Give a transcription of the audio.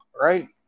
right